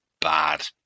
bad